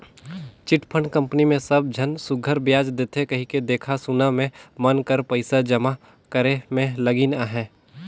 chit fund company मे सब झन सुग्घर बियाज देथे कहिके देखा सुना में मन कर पइसा जमा करे में लगिन अहें